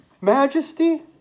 majesty